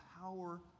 power